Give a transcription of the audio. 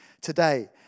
today